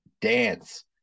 dance